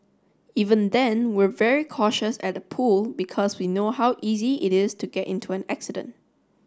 even then we're very cautious at the pool because we know how easy it is to get into an accident